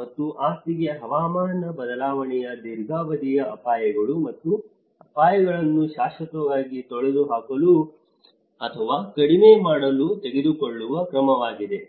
ಮತ್ತು ಆಸ್ತಿಗೆ ಹವಾಮಾನ ಬದಲಾವಣೆಯ ದೀರ್ಘಾವಧಿಯ ಅಪಾಯಗಳು ಮತ್ತು ಅಪಾಯಗಳನ್ನು ಶಾಶ್ವತವಾಗಿ ತೊಡೆದುಹಾಕಲು ಅಥವಾ ಕಡಿಮೆ ಮಾಡಲು ತೆಗೆದುಕೊಳ್ಳುವ ಕ್ರಮವಾಗಿದೆ